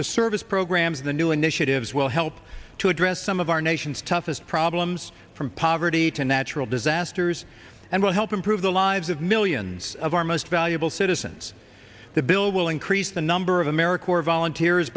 the service programs the new initiatives will help to address some of our nation's toughest problems from poverty to natural disasters and will help improve the lives of millions of our most valuable citizens the bill will increase the number of american or volunteers